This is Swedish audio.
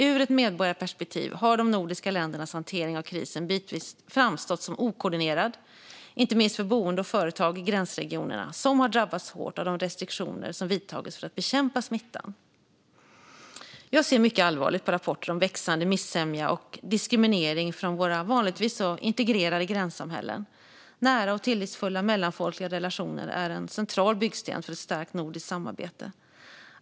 Ur ett medborgarperspektiv har de nordiska ländernas hantering av krisen bitvis framstått som okoordinerad, inte minst för boende och företag i gränsregionerna, som har drabbats hårt av de restriktioner som vidtagits för att bekämpa smittan. Jag ser mycket allvarligt på rapporter om växande missämja och diskriminering från våra vanligtvis så integrerade gränssamhällen. Nära och tillitsfulla mellanfolkliga relationer är en central byggsten för ett starkt nordiskt samarbete.